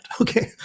okay